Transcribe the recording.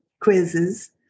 quizzes